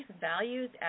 values